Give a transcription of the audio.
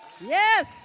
Yes